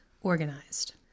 organized